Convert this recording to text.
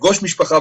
לפגוש משפחה,